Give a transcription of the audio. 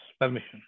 permission